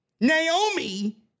Naomi